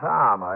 Tom